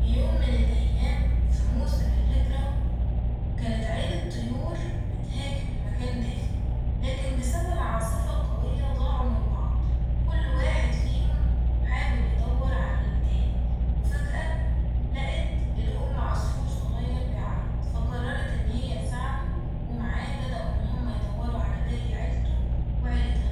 ف يوم من الأيام ف موسم الهجرة كانت عيلة طيور بتهاجر لمكان دافي ، لكن بسبب عاصفة قوية ضاعوا من بعض كل واحد فيهم ، حاول يدور على التاني ، وفجأة لقت الأم عصفور صغير بيعيط ف قررت إن هي تساعده ومعاه بدأو إن هم يدوروا على باقي عيلته وعيلتها